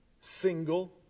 single